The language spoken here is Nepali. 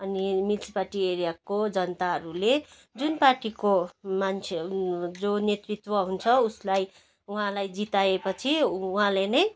अनि म्युनिसिपालिटी एरियाको जनताहरूले जुन पार्टीको मान्छे जो नेतृत्व हुन्छ उसलाई उहाँलाई जिताए पछि उहाँले नै